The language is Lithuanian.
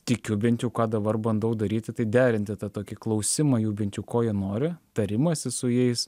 tikiu bent jau ką dabar bandau daryti tai derinti tą tokį klausymą jų bent jau ko jie nori tarimąsi su jais